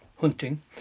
hunting